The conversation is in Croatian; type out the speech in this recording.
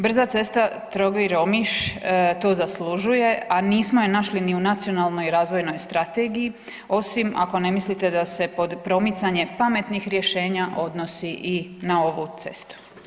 Brza cesta Trogir-Omiš to zaslužuje a nismo je našli ni u Nacionalnoj razvojnoj strategiji osim ako ne mislite da se da se pod promicanje pametnih rješenja, odnosi i na ovu cestu.